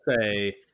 say